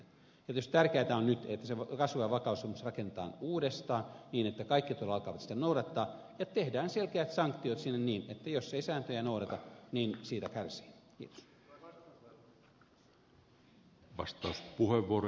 tietysti tärkeätä on nyt että se kasvu ja vakaussopimus rakennetaan uudestaan niin että kaikki alkavat sitä noudattaa ja tehdään sinne selkeät sanktiot niin että jos ei sääntöjä noudata siitä kärsii